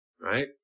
right